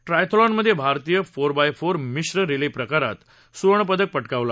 ट्राएथलॉनमध्ये भारतानं four by four मिश्र relay प्रकारात सुवर्णपदक पटकावलं